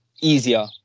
easier